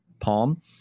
palm